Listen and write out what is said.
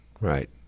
right